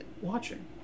watching